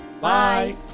Bye